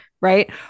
right